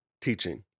teaching